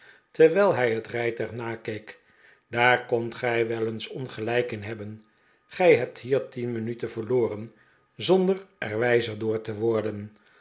terwijl hij het rijtuig nakeek daar kondt gij wel eens ongelijk in hebben gij hebt hier tien minuten verloren zonder er wijzer door te worden